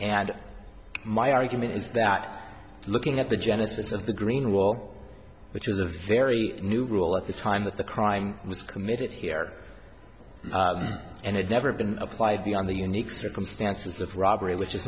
and my argument is that looking at the genesis of the green wall which is a very new rule at the time that the crime was committed here and had never been applied the on the unique circumstances of robbery which is